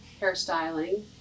hairstyling